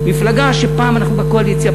מפלגה שפעם אנחנו בקואליציה,